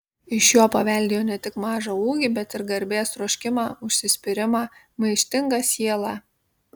iš jo paveldėjo ne tik mažą ūgį bet ir garbės troškimą užsispyrimą maištingą sielą